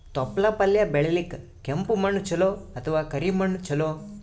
ತೊಪ್ಲಪಲ್ಯ ಬೆಳೆಯಲಿಕ ಕೆಂಪು ಮಣ್ಣು ಚಲೋ ಅಥವ ಕರಿ ಮಣ್ಣು ಚಲೋ?